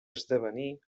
esdevenir